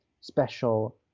special